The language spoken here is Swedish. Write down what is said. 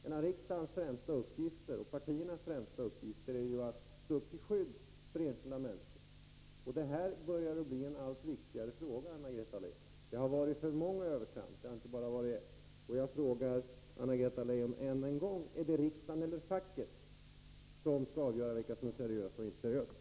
En av riksdagens och partiernas främsta uppgifter är ju att skydda enskilda människor, och det här börjar bli en allt viktigare fråga, Anna-Greta Leijon. Det har varit för många övertramp — det har inte bara varit ett — och jag frågar Anna-Greta Leijon än en gång: Är det riksdagen eller facket som skall avgöra vilka som är seriösa och inte seriösa?